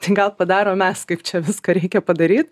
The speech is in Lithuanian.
tai gal padarom mes kaip čia viską reikia padaryt